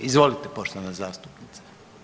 Izvolite, poštovana zastupnice.